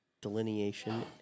delineation